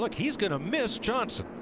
like he is going to miss johnson.